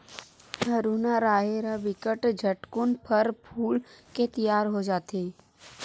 हरूना राहेर ह बिकट झटकुन फर फूल के तियार हो जथे